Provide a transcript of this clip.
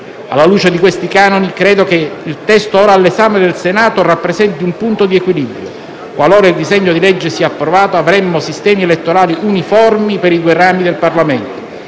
Alla luce di questi canoni, credo che il testo ora all'esame del Senato rappresenti un punto di equilibrio. Qualora il disegno di legge sia approvato, avremmo sistemi elettorali uniformi per i due rami del Parlamento.